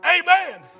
Amen